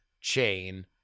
chain